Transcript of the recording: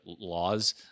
laws